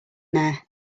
there